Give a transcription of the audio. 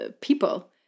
people